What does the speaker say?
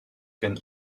can